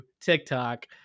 TikTok